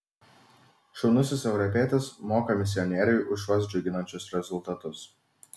šaunusis europietis moka misionieriui už šiuos džiuginančius rezultatus